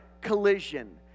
collision